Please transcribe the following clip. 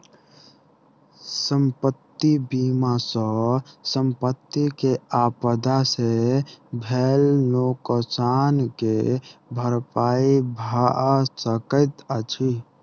संपत्ति बीमा सॅ संपत्ति के आपदा से भेल नोकसान के भरपाई भअ सकैत अछि